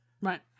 Right